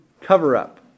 cover-up